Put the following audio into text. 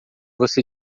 você